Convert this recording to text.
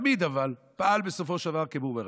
אבל תמיד, פעלו בסופו של דבר כבומרנג.